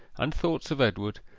and thoughts of edward,